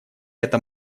это